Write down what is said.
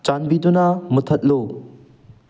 ꯆꯥꯟꯕꯤꯗꯨꯅ ꯃꯨꯠꯊꯠꯂꯨ